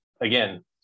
Again